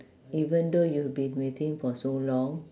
even though you've been with him for so long